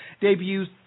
debuts